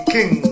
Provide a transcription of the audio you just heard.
King